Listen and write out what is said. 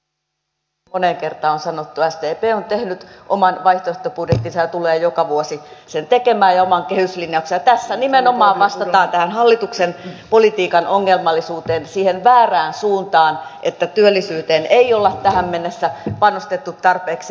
kuten moneen kertaan on sanottu sdp on tehnyt oman vaihtoehtobudjettinsa ja tulee joka vuosi sen tekemään ja oman kehyslinjauksen ja tässä nimenomaan vastataan tähän hallituksen politiikan ongelmallisuuteen siihen väärään suuntaan että työllisyyteen ei olla tähän mennessä panostettu tarpeeksi